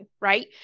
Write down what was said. right